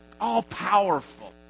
all-powerful